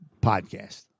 podcast